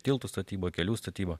tiltų statyba kelių statyba